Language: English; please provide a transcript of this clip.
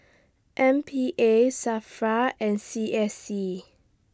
M P A SAFRA and C S C